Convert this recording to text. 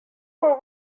were